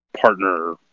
partner